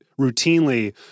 routinely